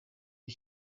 cyo